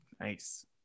Nice